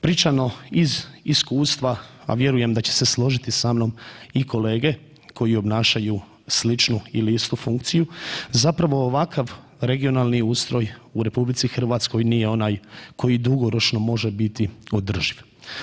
Pričano iz iskustva, a vjerujem da će se složiti sa mnom i kolege koji obnašaju sličnu ili istu funkciju, zapravo ovakav regionalni ustroj u RH nije onaj koji dugoročno može biti održiv.